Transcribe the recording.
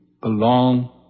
belong